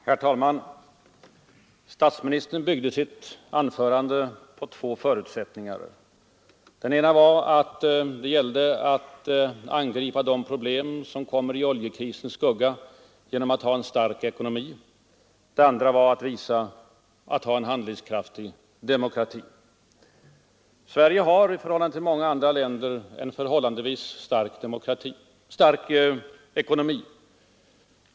Herr talman! Statsministern angav två förutsättningar för att angripa de problem som kommit i oljekrisens skugga. Den ena var att ha en stark ekonomi, den andra var att ha en handlingskraftig demokrati. Sverige har från början jämfört med många andra länder haft en förhållandevis stark ekonomi.